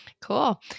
Cool